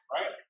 Right